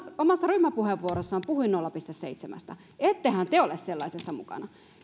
omassa ryhmäpuheenvuorossaan puhui nolla pilkku seitsemästä ettehän te ole sellaisessa mukana